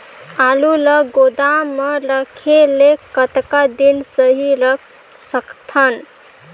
आलू ल गोदाम म रखे ले कतका दिन सही रख सकथन?